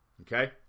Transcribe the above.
Okay